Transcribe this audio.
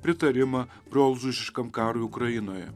pritarimą brolžudiškam karui ukrainoje